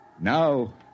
Now